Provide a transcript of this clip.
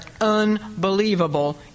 unbelievable